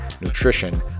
nutrition